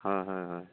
হয় হয় হয়